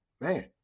man